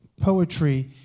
poetry